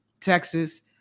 Texas